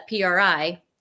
pri